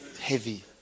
Heavy